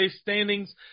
standings